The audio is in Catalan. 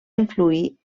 influir